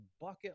bucket